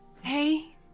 Hey